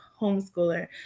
homeschooler